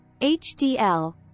hdl